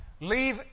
Leave